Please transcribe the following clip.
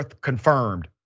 confirmed